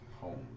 home